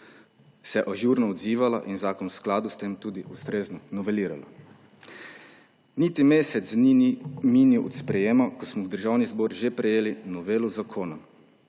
ažurno odzivala in zakon v skladu s tem tudi ustrezno novelirala. Niti mesec dni ni minilo od sprejetja, ko smo v Državni zbor že prejeli novelo zakona.